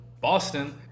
Boston